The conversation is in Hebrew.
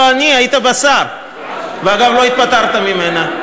לא אני, היית בה שר, ואגב, לא התפטרת ממנה.